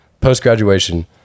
post-graduation